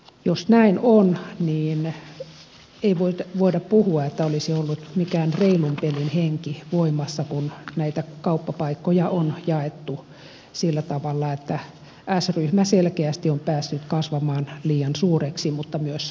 jos näin on niin ei voida puhua että olisi ollut mikään reilun pelin henki voimassa kun näitä kauppapaikkoja on jaettu sillä tavalla että s ryhmä selkeästi on päässyt kasvamaan liian suureksi mutta myös k ryhmä